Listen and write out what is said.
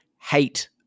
Hate